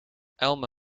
alma